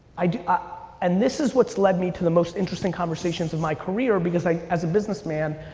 i mean ah and this is what's led me to the most interesting conversations of my career because like as a businessman,